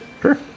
sure